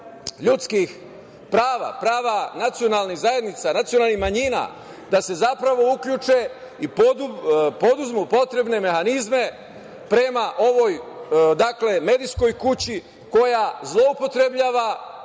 ljudskih prava, prava nacionalnih zajednica, nacionalnih manjina, da se uključe i preduzmu potrebne mehanizme prema ovoja medijskoj kući koja zloupotrebljava